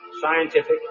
scientific